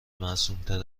معصومتر